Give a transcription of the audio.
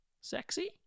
Sexy